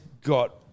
got